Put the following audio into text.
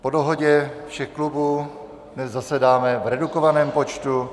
Po dohodě všech klubů dnes zasedáme v redukovaném počtu.